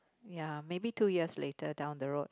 ya maybe two years later down the road